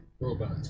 Robots